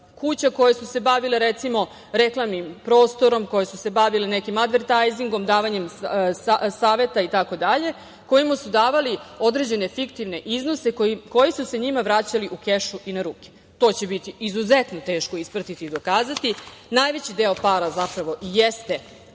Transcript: kuća koje su se bavile, recimo, reklamnim prostorom, koje su se bavile nekim advertajzingom, davanjem saveta itd, kojima su davali određene fiktivne iznose koji su se njima vraćali u kešu i na ruke. To će biti izuzetno teško ispratiti i dokazati. Najveći deo para zapravo i jeste,